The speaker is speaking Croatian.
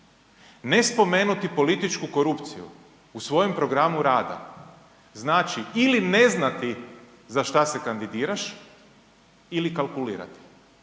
ne spomenuti političku korupciju u svojem programu rada znači ili ne znati za šta se kandidiraš ili kalkulirati,